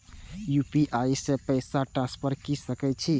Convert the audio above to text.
UPI से पैसा transfer की सके छी?